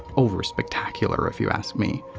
over-spectacular if you ask me.